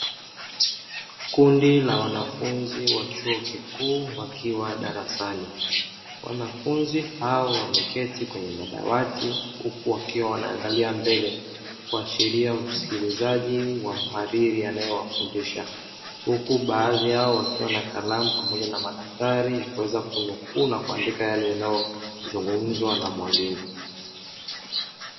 Kundi la wanafunzi wa chuo kikuu wakiwa darasani. Wanafunzi hao wameketi kwenye madawati huku wakiwa wanaangalia mbele,, kuashiria usikilizaji wa mhariri anayewafundisha, huku baadhi yao wakiwa na kalamu pamoja na madaftari ya kuweza kunukuu na kuandika yale yanayozungumzwa na mwalimu.